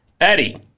Eddie